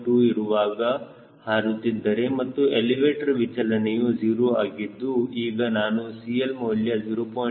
2 ಇರುವಾಗ ಹಾರುತ್ತಿದ್ದರೆ ಮತ್ತು ಎಲಿವೇಟರ್ ವಿಚಲನೆಯ 0 ಆಗಿದ್ದು ಈಗ ನಾನು CL ಮೌಲ್ಯ 0